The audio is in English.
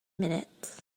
minutes